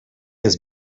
has